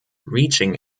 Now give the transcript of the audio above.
reaching